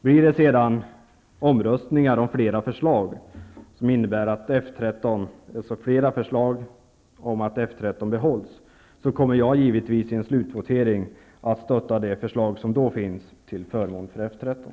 Om det sedan blir omröstningar om flera förslag om att F 13 skall behållas, kommer jag givetvis i en slutvotering att stötta det förslag som då finns till förmån för F 13.